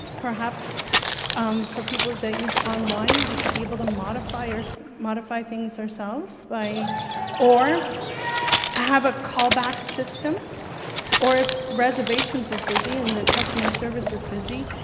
perhaps for people that use online, we could be able to modify or so modify things ourselves, by or have a callback system or if reservations is busy and the customer service is busy,